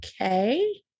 okay